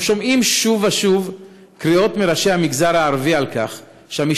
אנחנו שומעים שוב ושוב קריאות מראשי המגזר הערבי שהמשטרה